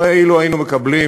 הרי אילו היינו מקבלים